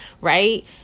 right